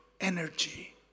energy